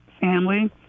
family